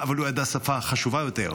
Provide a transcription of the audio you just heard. אבל הוא ידע שפה חשובה יותר,